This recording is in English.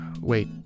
wait